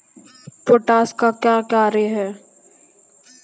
Potash का क्या कार्य हैं?